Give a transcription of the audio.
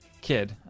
kid